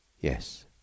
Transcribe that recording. Yes